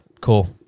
Cool